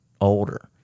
older